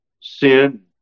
sin